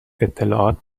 اطلاعات